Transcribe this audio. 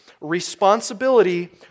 responsibility